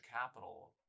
capital